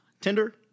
Tinder